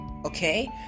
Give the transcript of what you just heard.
Okay